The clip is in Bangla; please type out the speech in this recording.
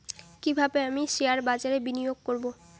কিভাবে আমি শেয়ারবাজারে বিনিয়োগ করবে?